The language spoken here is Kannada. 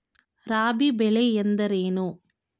ರಾಬಿ ಬೆಳೆ ಎಂದರೇನು?